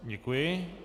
Děkuji.